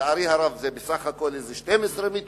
לצערי הרב, בסך הכול 12 מיטות,